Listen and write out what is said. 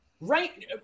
right